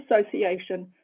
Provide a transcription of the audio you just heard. association